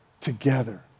together